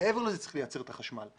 ומעבר לזה צריך לייצר את החשמל.